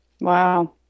Wow